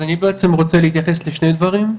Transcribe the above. אז אני בעצם רומה להתייחס לשני דברים,